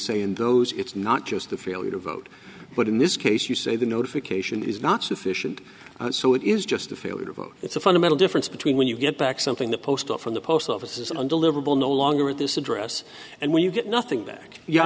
say in those it's not just the failure to vote but in this case you say the notification is not sufficient so it is just a failure to vote it's a fundamental difference between when you get back something the post off from the post office is an underling well no longer at this address and when you get nothing back yeah i